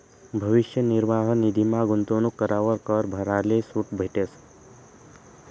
भविष्य निर्वाह निधीमा गूंतवणूक करावर कर भराले सूट भेटस